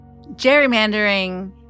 Gerrymandering